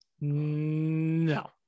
No